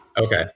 Okay